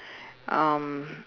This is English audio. um